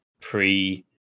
pre